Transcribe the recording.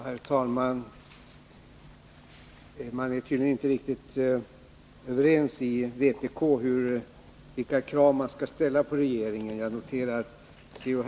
Herr talman! Man är tydligen inte riktigt överens i vänsterpartiet kommunisterna om vilka krav man skall ställa på regeringen. Jag noterar att C.-H.